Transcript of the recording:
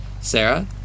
Sarah